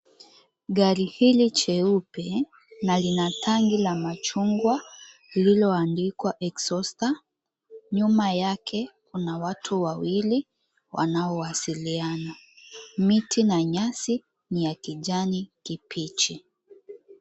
Gari hili jeupe na lina tangi ya machungua lililoandikwa Exhauster. Nyuma yake kuna watu wawili wanaowasiliana. Miti na nyasi ni ya kijani kibichi.